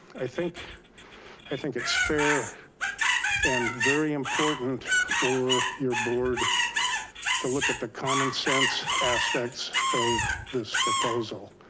i think i think it's fair and very important for your board to look at the common sense aspects of this proposal.